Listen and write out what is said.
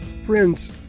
Friends